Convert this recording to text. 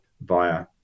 via